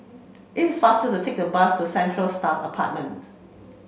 it is faster to take a bus to Central Staff Apartment